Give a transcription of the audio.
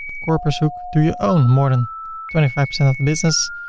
korpershoek. do you own more than twenty five percent of the business.